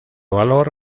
valor